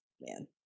man